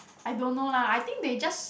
I don't know lah I think they just